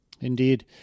indeed